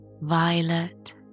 violet